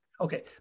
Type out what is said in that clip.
Okay